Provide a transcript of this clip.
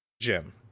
Jim